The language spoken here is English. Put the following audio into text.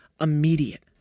immediate